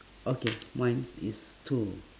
okay mine's is two